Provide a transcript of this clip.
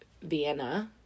Vienna